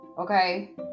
Okay